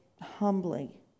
humbly